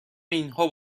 اینها